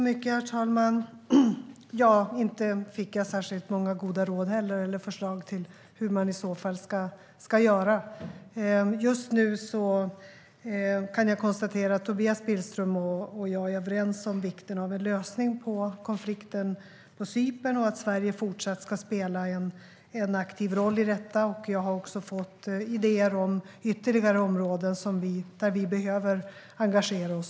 Herr talman! Inte fick jag särskilt många goda råd eller förslag på hur man i så fall ska göra. Just nu kan jag konstatera att Tobias Billström och jag är överens om vikten av en lösning på konflikten på Cypern och att Sverige fortsatt ska spela en aktiv roll i detta. Jag har också fått idéer om ytterligare områden där vi behöver engagera oss.